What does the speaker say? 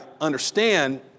understand